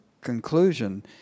conclusion